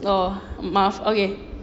oh maaf okay